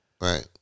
Right